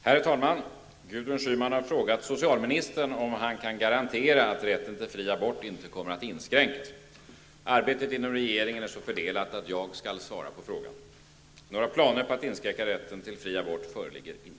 Herr talman! Gudrun Schyman har frågat socialministern om han kan garantera att rätten till fri abort inte kommer att inskränkas. Arbetet inom regeringen är så fördelat att jag skall svara på frågan. Några planer på att inskränka rätten till fri abort föreligger inte.